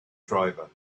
driver